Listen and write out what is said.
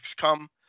come